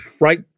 right